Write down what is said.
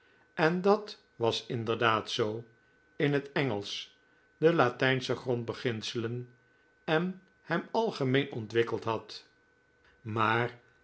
en dat was inderdaad zoo in het engelsch de latijnsche grondbeginselen en hem algemeen ontwikkeld had maar